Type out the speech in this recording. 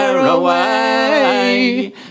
away